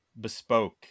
bespoke